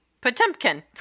Potemkin